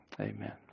Amen